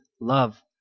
love